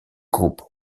groupe